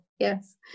Yes